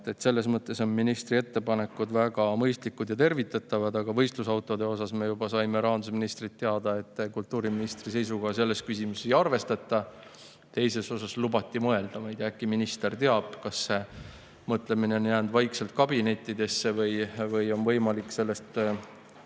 Selles mõttes on ministri ettepanekud väga mõistlikud ja tervitatavad. Aga võistlusautode kohta me saime juba rahandusministrilt teada, et kultuuriministri seisukohta selles küsimuses ei arvestata. Teise puhul lubati mõelda. Äkki minister teab, kas see mõtlemine on jäänud vaikselt kabinettidesse või on võimalik sellest